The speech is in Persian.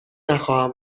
نخواهم